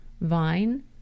Vine